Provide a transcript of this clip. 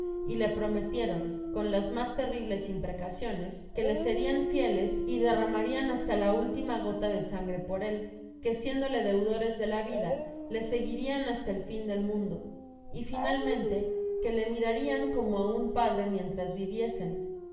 y le prometieron con las mas terribles imprecaciones que le serian fíeles y derramarian hasta su última gata de sangre por él que siéndole deudores dela vida le seguirian hasta el fin del mundo y finalmente que le mirarian como á un padre mientras viviesen